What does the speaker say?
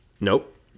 Nope